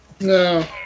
No